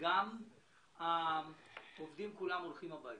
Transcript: הולכים הביתה.